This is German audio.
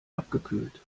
abgekühlt